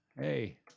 Hey